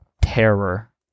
Terror